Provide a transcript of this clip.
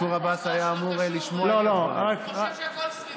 ממש לא קשור, הוא חושב שהכול סביבו.